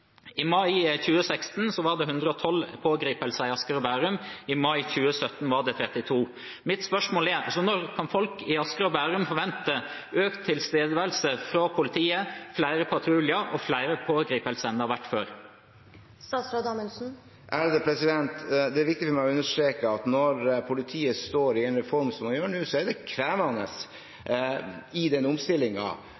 I mai 2016 var det 112 pågripelser i Asker og Bærum. I mai 2017 var det 32. Mitt spørsmål er: Når kan folk i Asker og Bærum forvente økt tilstedeværelse av politiet, flere patruljer og flere pågripelser enn det har vært før? Det er viktig for meg å understreke at når politiet står i en reform, som de gjør nå, er det krevende